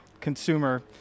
consumer